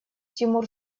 тимур